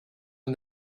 and